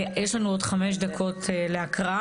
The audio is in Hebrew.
יש לנו עוד חמש דקות להקראה.